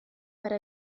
para